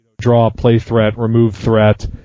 draw-play-threat-remove-threat